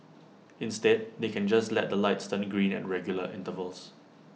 instead they can just let the lights turning green at regular intervals